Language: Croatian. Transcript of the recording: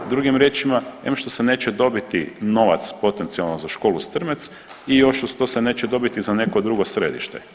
Drugim riječima, em što se neće dobiti novac potencijalno za školu Strmec i još uz to se neće dobiti za neko drugo središte.